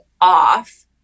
off